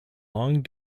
long